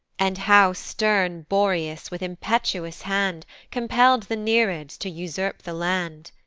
and how stern boreas with impetuous hand compell'd the nereids to usurp the land.